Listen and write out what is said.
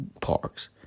parks